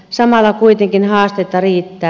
samalla kuitenkin haastetta riittää